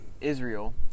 israel